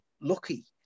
lucky